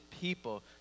people